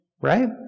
right